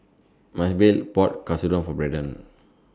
Maebelle bought Katsudon For Braydon